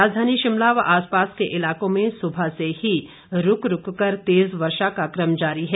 राजधानी शिमला व आसपास के इलाकों में सुबह से ही रूक रूक कर तेज़ वर्षा का कम जारी है